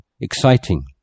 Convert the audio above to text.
exciting